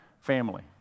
Family